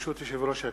ברשות יושב-ראש הכנסת,